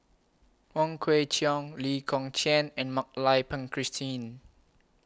Wong Kwei Cheong Lee Kong Chian and Mak Lai Peng Christine